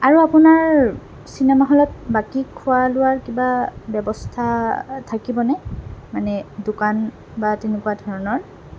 আৰু আপোনাৰ চিনেমা হলত বাকী খোৱা লোৱাৰ কিবা ব্যৱস্থা থাকিবনে মানে দোকান বা তেনেকুৱা ধৰণৰ